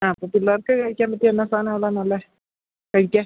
ആ അപ്പം പിള്ളേര്ക്ക് കഴിക്കാൻ പറ്റിയ എന്ത് സാധനമാണ് ഉള്ളത് നല്ല കഴിക്കാൻ